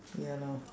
ya lor